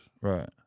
Right